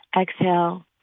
Exhale